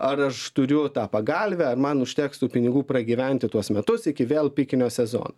ar aš turiu tą pagalvę ar man užteks tų pinigų pragyventi tuos metus iki vėl pikinio sezono